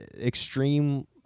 extreme